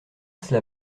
cela